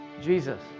Jesus